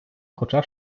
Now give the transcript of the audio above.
хоча